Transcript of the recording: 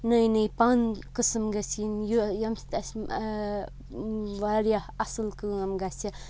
نٔے نٔے پَن قٕسم گژھِ یِنۍ یہِ ییٚمہِ سۭتۍ اَسہِ واریاہ اَصٕل کٲم گَژھِ